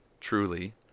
truly